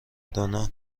دانا